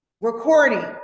recording